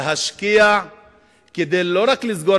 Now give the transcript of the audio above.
להשקיע לא רק כדי לסגור